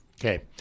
Okay